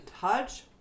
touch